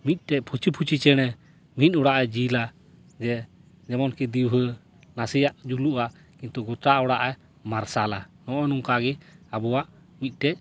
ᱢᱤᱫᱴᱮᱱ ᱯᱷᱩᱪᱤ ᱯᱷᱩᱪᱤ ᱪᱮᱬᱮ ᱢᱤᱫ ᱚᱲᱟᱜᱼᱮ ᱡᱤᱞᱟ ᱡᱮ ᱡᱮᱢᱚᱱᱠᱤ ᱫᱤᱣᱦᱟᱹ ᱱᱟᱥᱮᱭᱟᱜ ᱱᱟᱥᱮᱭᱟᱜ ᱡᱩᱞᱩᱜᱼᱟ ᱠᱤᱱᱛᱩ ᱜᱚᱴᱟ ᱚᱲᱟᱜᱼᱮ ᱢᱟᱨᱥᱟᱞᱟ ᱱᱚᱜᱼᱚ ᱱᱚᱝᱠᱟ ᱜᱮ ᱟᱵᱚᱣᱟᱜ ᱢᱤᱫᱴᱮᱱ